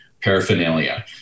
paraphernalia